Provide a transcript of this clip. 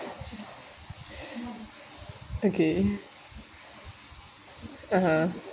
okay (uh huh)